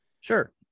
Sure